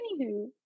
anywho